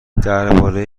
درباره